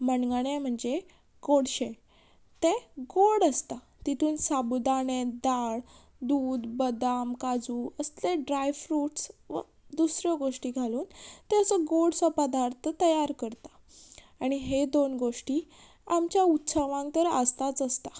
मणगणें म्हणजें गोडशें तें गोड आसता तितून साबुदाणे दाळ दूद बदाम काजू असले ड्राय फ्रुट्स वा दुसऱ्यो गोश्टी घालून ते असो गोडसो पदार्थ तयार करता आनी हे दोन गोश्टी आमच्या उत्सवांक तर आसताच आसता